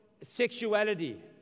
sexuality